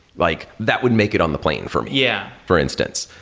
like that would make it on the plane for me, yeah for instance.